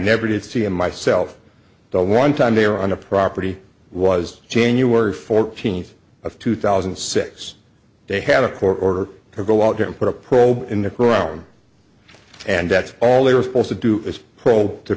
never did see him myself one time there on the property was january fourteenth of two thousand and six they had a court order to go out there and put a probe in the crown and that's all they were supposed to do is prone to